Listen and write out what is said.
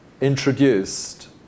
introduced